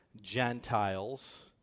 Gentiles